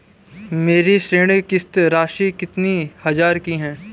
मेरी ऋण किश्त राशि कितनी हजार की है?